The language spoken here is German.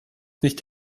nicht